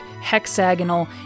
hexagonal